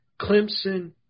Clemson